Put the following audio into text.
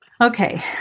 Okay